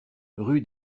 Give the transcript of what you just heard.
rue